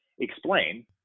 explain